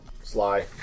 Sly